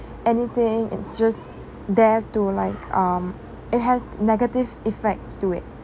anything it's just there to like um it has negative effects to it